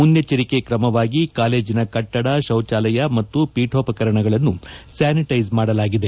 ಮುನ್ನೆಚ್ಚರಿಕೆ ಕ್ರಮವಾಗಿ ಕಾಲೇಜಿನ ಕಟ್ಟಡ ಶೌಚಾಲಯ ಮತ್ತು ಪೀಠೋಪಕರಣಗಳನ್ನು ಸ್ವಾನಿಟೈಸ್ ಮಾಡಲಾಗಿದೆ